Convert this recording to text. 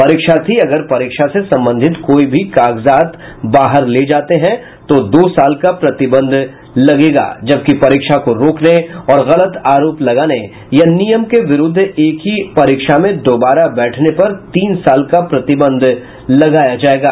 परीक्षार्थी अगर परीक्षा से संबंधित कोई भी कागजात बाहर ले जाते हैं तो दो साल का प्रतिबंध होगा जबकि परीक्षा को रोकने और गलत आरोप लगाने या नियम के विरूद्ध एक ही परीक्षा में दोबारा बैठने पर तीन साल का प्रतिबंध लगाया जायेगा